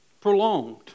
Prolonged